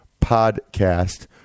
podcast